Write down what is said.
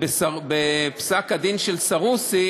ובפסק-הדין של סרוסי